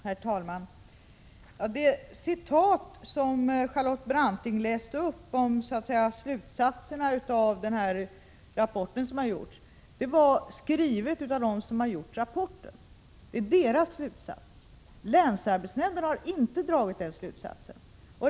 Herr talman! Det citat som Charlotte Branting läste upp gällde slutsatsen i den rapport som lämnats, den slutsats som dragits av dem som lämnat rapporten. Länsarbetsnämnden har inte dragit denna slutsats.